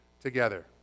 together